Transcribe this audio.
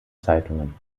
zeitungen